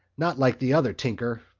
not like the other tinker.